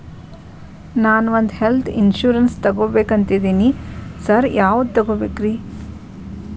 ನಾನ್ ಒಂದ್ health insurance ತಗಬೇಕಂತಿದೇನಿ sir ಯಾವದ ತಗಬೇಕ್ರಿ?